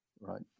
right